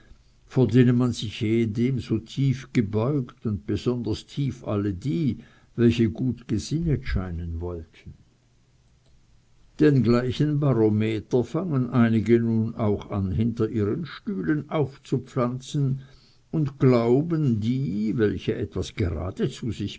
vor denen man sich ehedem so tief gebeugt und besonders tief alle die welche gut gesinnet scheinen wollten den gleichen barometer fangen einige nun auch an hinter ihren stühlen aufzupflanzen und glauben die welche etwas geradezu sich